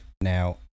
Now